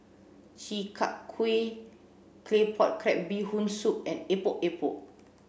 Chi Kak Kuih Claypot Crab Bee Hoon Soup and Epok Epok